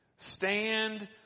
Stand